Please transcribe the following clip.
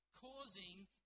causing